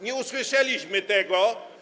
Nie usłyszeliśmy tego.